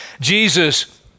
Jesus